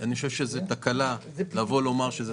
אני חושב שזו תקלה שזה לא תוקצב,